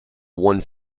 one